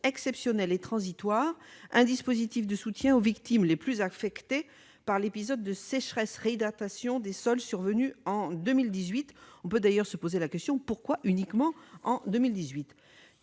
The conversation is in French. exceptionnelle et transitoire un dispositif de soutien aux victimes les plus affectées par l'épisode de sécheresse-réhydratation des sols survenu en 2018 ». On peut d'ailleurs se demander pourquoi la seule année 2018